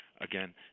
again